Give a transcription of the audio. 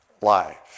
life